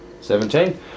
Seventeen